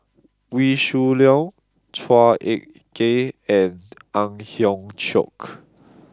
Wee Shoo Leong Chua Ek Kay and Ang Hiong Chiok